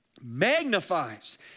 Magnifies